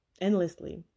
endlessly